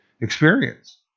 experience